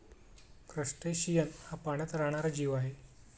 crustacean हा पाण्यात राहणारा जीव आहे